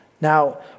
Now